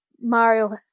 Mario